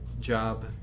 job